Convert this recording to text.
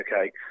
okay